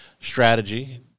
strategy